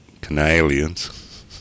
Canalians